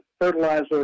fertilizer